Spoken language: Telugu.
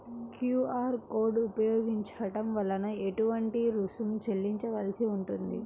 క్యూ.అర్ కోడ్ ఉపయోగించటం వలన ఏటువంటి రుసుం చెల్లించవలసి ఉంటుంది?